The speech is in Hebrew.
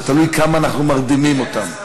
זה תלוי כמה אנחנו מרדימים אותם.